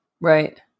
Right